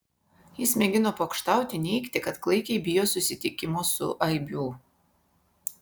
jis mėgino pokštauti neigti kad klaikiai bijo susitikimo su aibių